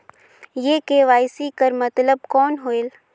ये के.वाई.सी कर मतलब कौन होएल?